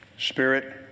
Spirit